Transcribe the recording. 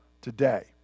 today